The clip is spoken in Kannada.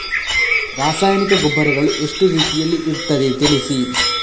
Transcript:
ರಾಸಾಯನಿಕ ಗೊಬ್ಬರಗಳು ಎಷ್ಟು ರೀತಿಯಲ್ಲಿ ಇರ್ತದೆ ತಿಳಿಸಿ?